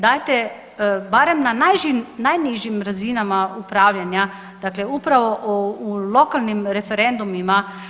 Dajte barem na najnižim razinama upravljanja dakle upravo u lokalnim referendumima.